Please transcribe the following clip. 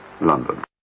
London